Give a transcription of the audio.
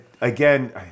again